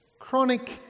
Chronic